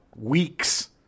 weeks